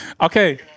Okay